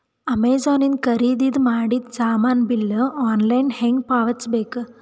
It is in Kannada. ಅಮೆಝಾನ ಇಂದ ಖರೀದಿದ ಮಾಡಿದ ಸಾಮಾನ ಬಿಲ್ ಆನ್ಲೈನ್ ಹೆಂಗ್ ಪಾವತಿಸ ಬೇಕು?